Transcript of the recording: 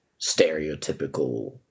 stereotypical